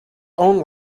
own